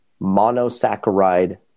monosaccharide